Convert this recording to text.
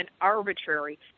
arbitrary